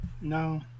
No